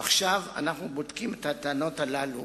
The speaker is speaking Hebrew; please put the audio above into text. עכשיו אנחנו בודקים את הטענות הללו